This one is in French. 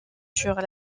sur